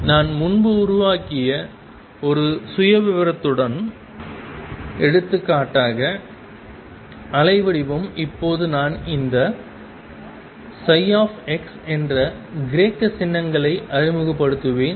நான் முன்பு உருவாக்கிய ஒரு சுயவிவரத்துடன் எடுத்துக்காட்டாக அலைவடிவம் இப்போது நான் இந்த x என்ற கிரேக்க சின்னங்களை அறிமுகப்படுத்துவேன்